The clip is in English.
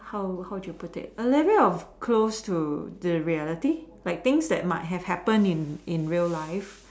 how how do you put it a little bit of close to the reality like things that might have happened in in real life